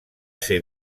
ser